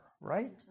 right